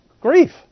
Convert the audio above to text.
Grief